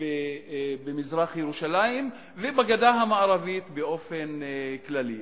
במזרח-ירושלים ובגדה המערבית באופן כללי.